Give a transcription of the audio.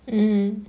mmhmm